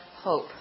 hope